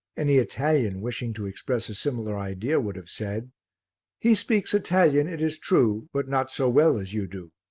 any italian, wishing to express a similar idea, would have said he speaks italian, it is true, but not so well as you do.